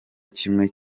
kimwe